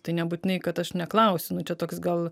tai nebūtinai kad aš neklausiu nu čia toks gal